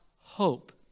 hope